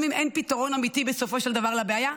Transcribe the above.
גם אם אין פתרון אמיתי בסופו של דבר לבעיה,